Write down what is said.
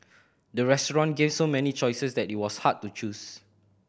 the restaurant gave so many choices that it was hard to choose